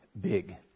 big